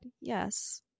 yes